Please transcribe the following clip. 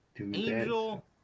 Angel